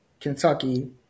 Kentucky